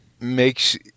makes